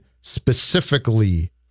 specifically